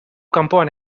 kanpoan